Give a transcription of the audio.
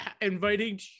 inviting